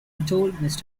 told